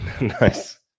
Nice